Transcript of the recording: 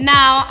now